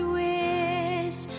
wish